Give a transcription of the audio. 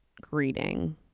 greeting